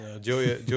Julia